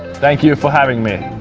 thank you for having me!